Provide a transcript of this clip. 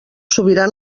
sobirà